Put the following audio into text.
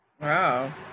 Wow